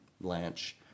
Blanche